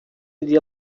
iria